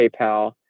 paypal